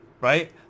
right